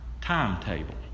timetable